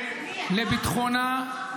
לביטחונה,